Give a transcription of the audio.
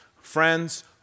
Friends